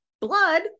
blood